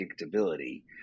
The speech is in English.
predictability